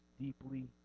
deeply